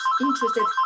interested